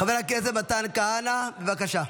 חבר הכנסת מתן כהנא, בבקשה.